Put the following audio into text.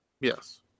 Yes